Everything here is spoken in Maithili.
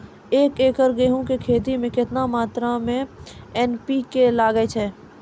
एक एकरऽ गेहूँ के खेती मे केतना मात्रा मे एन.पी.के लगे छै?